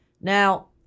Now